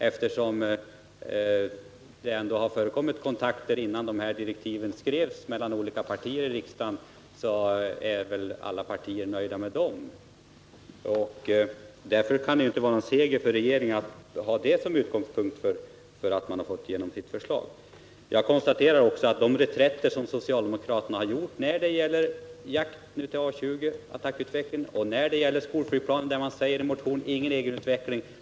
Eftersom det ändå har förekommit kontakter mellan de olika partierna i riksdagen innan direktiven skrevs, är väl alla partier nöjda. Det kan alltså inte vara någon seger för regeringen att ha detta som utgångspunkt när det gäller att få igenom sitt förslag. Jag konstaterar också socialdemokraternas reträtt beträffande A 20 och skolflygplanet om vilka man i motionen har framhållit att det inte bör bli någon inhemsk utveckling.